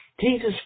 Jesus